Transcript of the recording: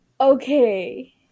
okay